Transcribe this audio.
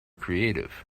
creative